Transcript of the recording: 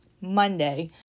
Monday